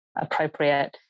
appropriate